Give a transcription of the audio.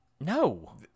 No